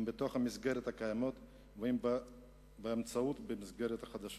אם בתוך המסגרות הקיימות ואם באמצעות מסגרות חדשות,